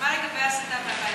מה לגבי הסתה מהבית הזה?